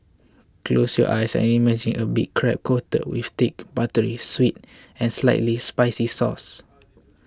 close your eyes and imagine a big crab coated with thick buttery sweet and slightly spicy sauce